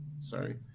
sorry